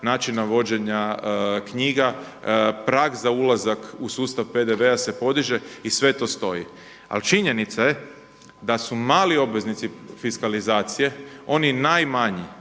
načina vođenja knjiga, prag za ulazak u sustav PDV-a se podiže i sve to stoji. Ali činjenica je da su mali obveznici fiskalizacije, oni najmanji,